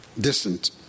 distant